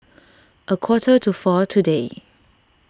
a quarter to four today